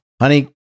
Honey